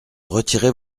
retirer